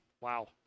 Wow